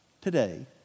today